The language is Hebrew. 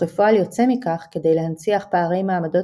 וכפועל יוצא מכך כדי להנציח פערי מעמדות